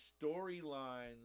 storylines